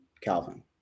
Calvin